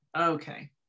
Okay